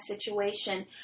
situation